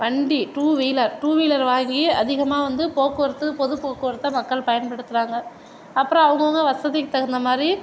வண்டி two wheeler two wheeler வாங்கி அதிகமாக வந்து போக்குவரத்து பொதுப் போக்குவரத்தை மக்கள் பயன்படுத்துகிறாங்க அப்புறம் அவங்க அவங்க வசதிக்கு தகுந்த மாதிரி